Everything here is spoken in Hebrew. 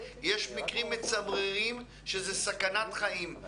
יש מקרים מצמררים שזאת סכנת חיים.